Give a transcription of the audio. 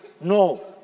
No